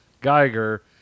Geiger